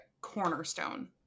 cornerstone